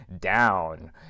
down